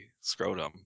scrotum